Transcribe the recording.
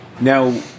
Now